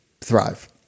thrive